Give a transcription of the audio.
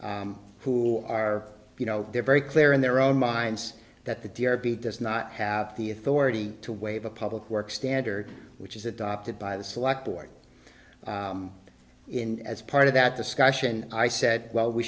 department who are you know they're very clear in their own minds that the d r p does not have the authority to waive a public work standard which is adopted by the select board in as part of that discussion i said well we